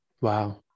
wow